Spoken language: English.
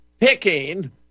picking